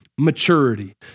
maturity